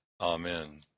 Amen